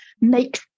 makes